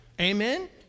amen